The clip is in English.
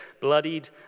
bloodied